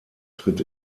tritt